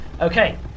okay